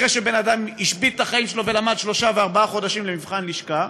אחרי שאדם השבית את החיים ולמד שלושה וארבעה חודשים למבחן לשכה,